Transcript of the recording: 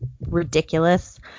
ridiculous